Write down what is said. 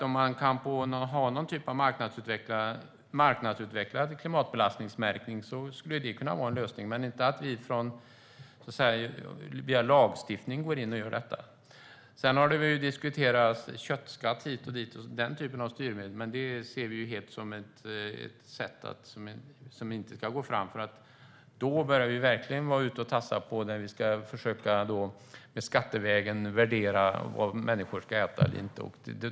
Om man kan ha någon typ av marknadsutvecklad klimatbelastningsmärkning skulle det kunna vara en lösning, men vi ska inte gå in och göra detta via lagstiftning. Man har diskuterat köttskatt hit och dit och den typen av styrmedel. Det ser vi helt och hållet som ett sätt som vi inte ska gå fram på. Om vi skattevägen ska värdera vad människor ska äta eller inte börjar vi verkligen gå in och tassa på fel områden.